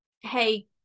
hey